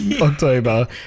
October